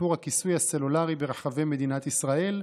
לשיפור הכיסוי הסלולרי ברחבי מדינת ישראל,